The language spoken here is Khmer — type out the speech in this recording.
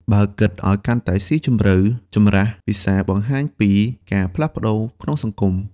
បើគិតឱ្យកាន់តែស៊ីជម្រៅ ចម្លាស់ភាសាបង្ហាញពីការផ្លាស់ប្តូរក្នុងសង្គម។